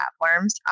platforms